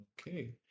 Okay